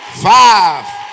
Five